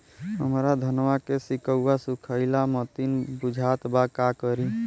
हमरे धनवा के सीक्कउआ सुखइला मतीन बुझात बा का करीं?